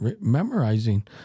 memorizing